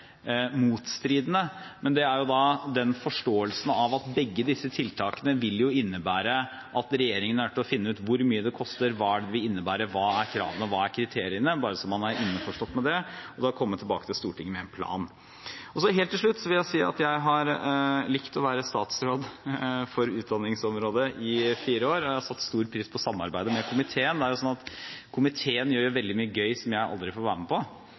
motstridende, men det er jo da den forståelsen av at begge disse tiltakene vil innebære at regjeringen er nødt til å finne ut hvor mye det koster, hva det vil innebære, hva kravene er og hva kriteriene er – bare så man er innforstått med det – og så komme tilbake til Stortinget med en plan. Helt til slutt vil jeg si at jeg har likt å være statsråd for utdanningsområdet i fire år, og jeg har satt stor pris på samarbeidet med komiteen. Det er sånn at komiteen gjør veldig mye gøy som jeg aldri får være med på,